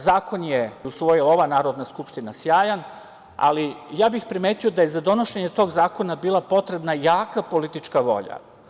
Zakon koji je usvojila ova Narodna skupština sjajan ali ja bih primetio da je za donošenje tog zakona bila potreban jaka politička volja.